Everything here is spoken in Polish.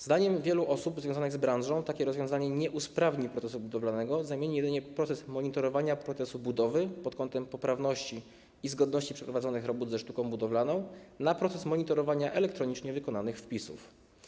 Zdaniem wielu osób związanych z branżą takie rozwiązanie nie usprawni procesu budowlanego, zamieni jedynie proces monitorowania procesu budowy pod kątem poprawności i zgodności przeprowadzonych robót ze sztuką budowlaną na proces monitorowania elektronicznie wykonanych wpisów.